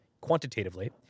quantitatively